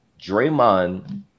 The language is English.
Draymond